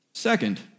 Second